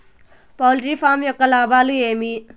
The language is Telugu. పౌల్ట్రీ ఫామ్ యొక్క లాభాలు ఏమి